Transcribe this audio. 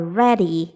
ready